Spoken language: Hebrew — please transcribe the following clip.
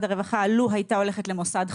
הרווחה לו הייתה הולכת למוסד חמישי,